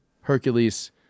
Hercules